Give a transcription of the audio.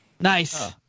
Nice